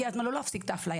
הגיע הזמן לא להפסיק את האפליה,